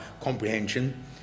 comprehension